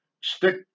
stick